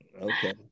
Okay